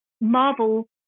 Marvel